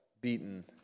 beaten